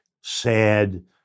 sad